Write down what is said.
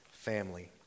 family